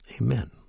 Amen